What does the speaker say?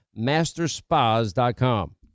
masterspas.com